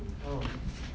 oh